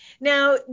Now